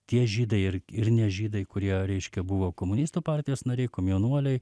tie žydai ir ir ne žydai kurie reiškia buvo komunistų partijos nariai komjaunuoliai